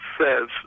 says